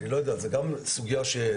אני לא יודע, זאת גם סוגייה שטרם